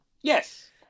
Yes